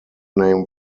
name